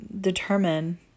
determine